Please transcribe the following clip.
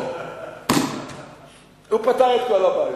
או, הוא פתר את כל הבעיות.